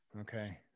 Okay